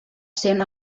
sent